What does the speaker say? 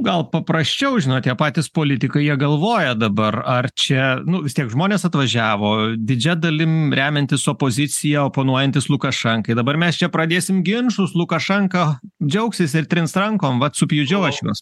gal paprasčiau žinot patys politikai jie galvoja dabar ar čia nu vis tiek žmonės atvažiavo didžia dalim remiantys opoziciją oponuojantys lukašenkai dabar mes čia pradėsim ginčus lukašenka džiaugsis ir trins rankom vat supjudžiau aš jus